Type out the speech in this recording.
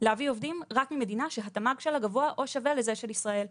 להביא עובדים רק ממדינה שהתמ"ג שלה גבוה או שווה לזה של ישראל.